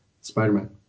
Spider-Man